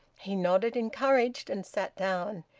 he nodded, encouraged and sat down.